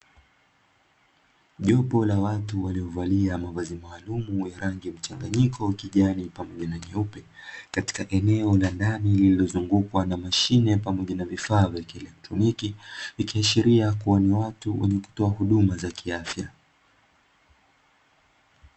Jopo la watu waliovalia mavazi maalumu ya rangi mchanganyiko kijani pamoja na nyeupe, katika eneo la ndani lililozungukwa na mashine pamoja na vifaa vya kielektroniki. Ikiashiria kuwa ni watu wenyekutoa huduma za kiafya.